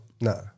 No